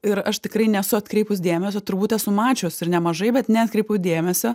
ir aš tikrai nesu atkreipus dėmesio turbūt esu mačius ir nemažai bet neatkreipiau dėmesio